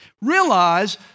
Realize